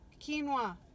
quinoa